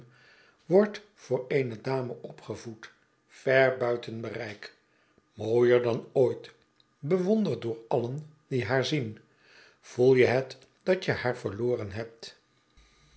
wordt voor eene dame opgevoed ver buiten bereik mooier dan ooit bewonderd door alien die haar zien voel je het dat je haar verloren hebt